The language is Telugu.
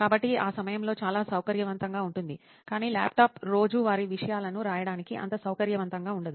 కాబట్టి ఆ సమయంలో చాలా సౌకర్యవంతంగా ఉంటుంది కాని ల్యాప్టాప్ రోజువారీ విషయాలను రాయడానికి అంత సౌకర్యవంతంగా ఉండదు